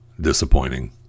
disappointing